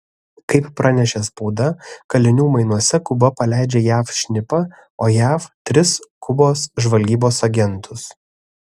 kaip pranešė spauda kalinių mainuose kuba paleidžia jav šnipą o jav tris kubos žvalgybos agentus